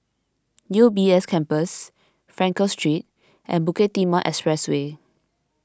U B S Campus Frankel Street and Bukit Timah Expressway